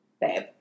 babe